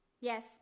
Yes